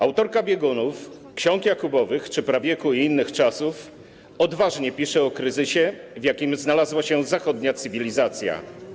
Autorka 'Biegunów', 'Ksiąg Jakubowych' czy 'Prawieku i innych czasów' odważnie pisze o kryzysie, w jakim znalazła się zachodnia cywilizacja.